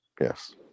Yes